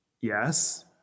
Yes